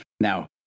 Now